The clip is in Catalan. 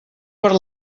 per